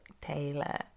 Taylor